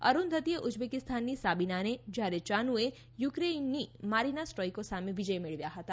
અરૂંધતીએ ઉઝબેકીસ્તાનની સાબીનાને જ્યારે ચાનુએ યુક્રેઈની મારીના સ્ટોઈકો સામે વિજય મેળવ્યા હતાં